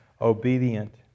obedient